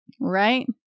Right